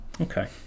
Okay